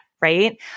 right